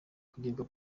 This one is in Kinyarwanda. kugirwa